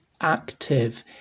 active